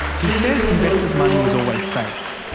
he says investors' money was always safe,